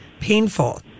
painful